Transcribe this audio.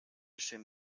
schön